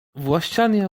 włościanie